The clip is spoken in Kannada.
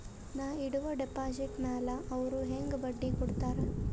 ನಾ ಇಡುವ ಡೆಪಾಜಿಟ್ ಮ್ಯಾಲ ಅವ್ರು ಹೆಂಗ ಬಡ್ಡಿ ಕೊಡುತ್ತಾರ?